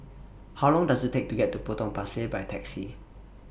How Long Does IT Take to get to Potong Pasir By Taxi